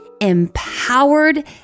empowered